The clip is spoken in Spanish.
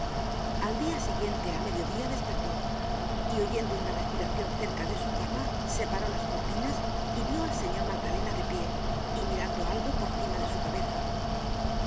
al dia siguiente á mediodia despertó y oyendo una respiracion cerca de su cama separó las cortinas y vió al señor magdalena de pie y mirando algo por cima de su cabeza